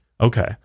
okay